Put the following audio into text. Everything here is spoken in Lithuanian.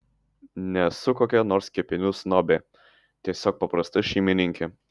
nesu kokia nors kepinių snobė tiesiog paprasta šeimininkė